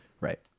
right